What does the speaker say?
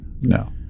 No